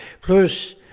Plus